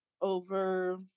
over